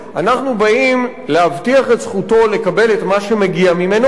אנחנו באים להבטיח את זכותו לקבל את מה שמגיע ממנו,